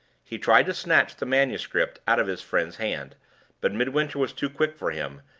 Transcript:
he tried to snatch the manuscript out of his friend's hand but midwinter was too quick for him,